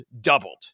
doubled